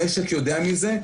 המשק יודע מזה.